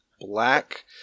black